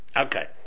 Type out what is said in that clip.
Okay